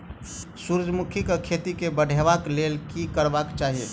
सूर्यमुखी केँ खेती केँ बढ़ेबाक लेल की करबाक चाहि?